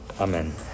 Amen